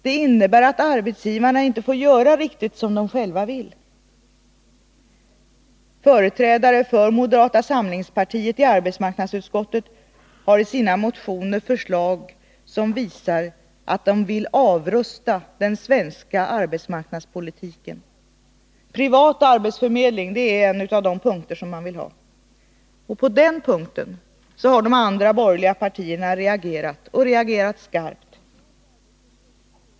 Den innebär att arbetsgivarna inte får göra riktigt som de själva vill. Företrädare för det moderata samlingspartiet i arbetsmarknadsutskottet har i sina motioner förslag som visar att de vill avrusta den svenska arbetsmarknadspolitiken. Privat arbetsförmedling är en av de punkter som man vill ha. På den punkten har de andra borgerliga partierna reagerat, och reagerat skarpt.